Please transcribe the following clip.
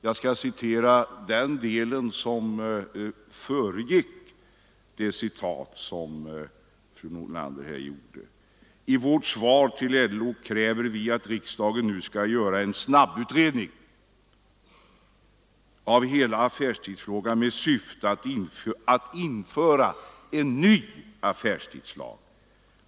Jag skall citera det som föregår fru Nordlanders citat: ”I vårt svar till LO kräver vi att riksdagen nu skall göra en snabbutredning av hela affärstidsfrågan med syfte att införa en ny affärstidslag.